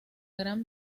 gran